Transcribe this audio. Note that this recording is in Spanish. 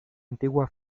antigua